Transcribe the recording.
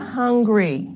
hungry